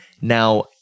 Now